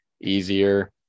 Easier